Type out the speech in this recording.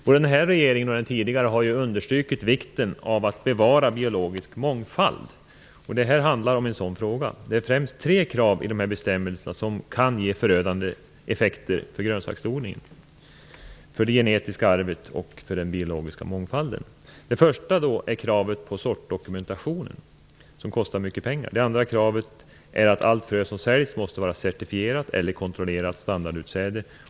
Både denna regering och den tidigare har understrukit vikten av att bevara en biologisk mångfald. Den här frågan handlar om det. Det är främst tre krav i dessa bestämmelser som kan ge förödande effekter för grönsaksodlingen, för det genetiska arvet och för den biologiska mångfalden. Det första är kravet på sortdokumentationen. Den kostar mycket pengar. Det andra är kravet på att alla fröer som säljs måste vara certifierade eller kontrollerat standardutsäde.